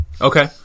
Okay